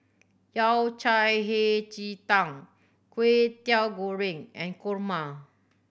Yao Cai Hei Ji Tang Kway Teow Goreng and kurma